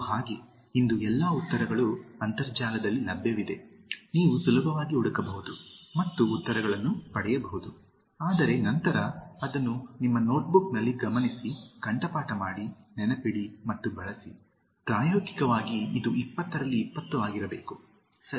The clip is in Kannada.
ಅದು ಹಾಗೆ ಇಂದು ಎಲ್ಲಾ ಉತ್ತರಗಳು ಅಂತರ್ಜಾಲದಲ್ಲಿ ಲಭ್ಯವಿದೆ ನೀವು ಸುಲಭವಾಗಿ ಹುಡುಕಬಹುದು ಮತ್ತು ಉತ್ತರಗಳನ್ನು ಪಡೆಯಬಹುದು ಆದರೆ ನಂತರ ಅದನ್ನು ನಿಮ್ಮ ನೋಟ್ಬುಕ್ನಲ್ಲಿ ಗಮನಿಸಿ ಕಂಠಪಾಠ ಮಾಡಿ ನೆನಪಿಡಿ ಮತ್ತು ಬಳಸಿ ಪ್ರಾಯೋಗಿಕವಾಗಿ ಇದು 20 ರಲ್ಲಿ 20 ಆಗಿರಬೇಕು